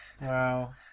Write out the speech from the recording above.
Wow